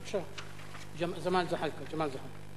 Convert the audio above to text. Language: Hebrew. בבקשה, ג'מאל זחאלקה.